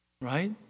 Right